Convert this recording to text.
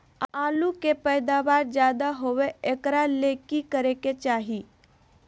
आलु के पैदावार ज्यादा होय एकरा ले की करे के चाही?